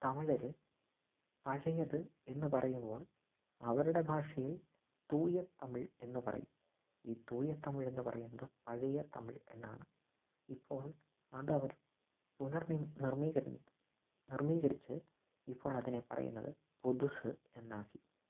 തമിഴര് പഴയത് എന്ന് പറയുമ്പോള് അവരുടെ ഭാഷയില് തൂയ തമിൾ എന്ന് പറയും ഈ തൂയ തമിഴ് എന്ന് പറയുന്നത് പഴയ തമിഴ് എന്നാണ് ഇപ്പോള് ആന്താവരും പുനര് നിര് നിര്മ്മീകര നിര്മ്മീകരിച്ച് ഇപ്പോള് അതിനെ പറയുന്നത് പുതുസ് എന്നാക്കി